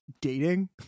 dating